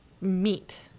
meet